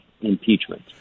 impeachment